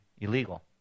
illegal